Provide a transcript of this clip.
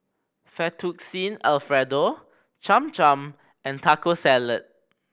Fettuccine Alfredo Cham Cham and Taco Salad